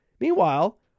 Meanwhile